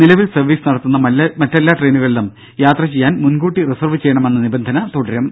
നിലവിൽ സർവീസ് നടത്തുന്ന മറ്റെല്ലാ ട്രെയിനുകളിലും യാത്ര ചെയ്യാൻ മുൻകൂട്ടി റിസർവ് ചെയ്യണമെന്ന നിബന്ധന തുടരും